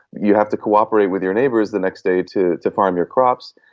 you have to cooperate with your neighbours the next day to to farm your crops,